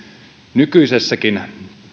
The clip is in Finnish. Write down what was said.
nykyisessäkin